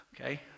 okay